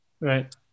right